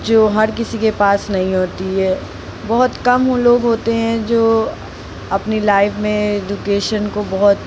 जो हर किसी के पास नहीं होती है बहुत कम लोग होते हैं जो अपनी लाइफ़ में एदुकेशन को बोहोत